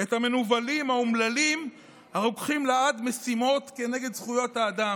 את המנוולים האומללים הרוקחים לעד משימות כנגד זכויות האדם.